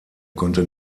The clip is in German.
konnte